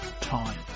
time